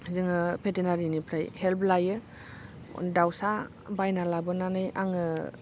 जोङो बेटेनारीनिफ्राय हेल्प लायो दाउसा बायना लाबोनानै आङो